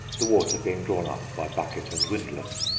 the water being drawn up by bucket and windlass,